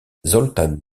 zoltán